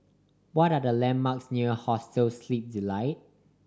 what are the landmarks near Hostel Sleep Delight